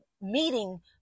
meeting